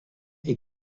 est